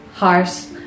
Heart